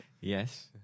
Yes